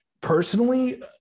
personally